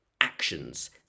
actions